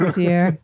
dear